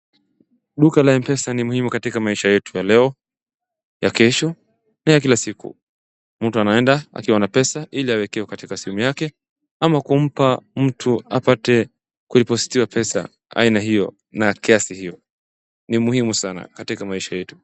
Duka la Mpesa ni muhimu katika maisha yetu ya leo, ya kesho na ya kila siku. Mtu anaenda akiwa na pesa ili awekewe katika simu yake ama kumpa mtu apate ku dipositiwa pesa awe na hiyo, na kiasi hiyo. Ni muhimu sana katika maisha yetu.